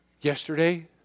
yesterday